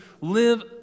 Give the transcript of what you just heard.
live